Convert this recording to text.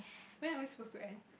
when are we supposed to end